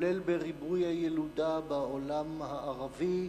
כולל בריבוי הילודה בעולם הערבי,